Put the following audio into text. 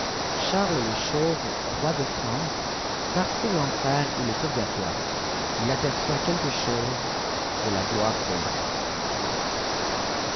cliarles lechauve roi de france parcourt tetifer et le purgatoire il apor çoit quelque chose de la gloire céleste